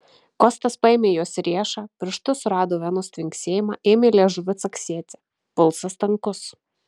kostas paėmė jos riešą pirštu surado venos tvinksėjimą ėmė liežuviu caksėti pulsas tankus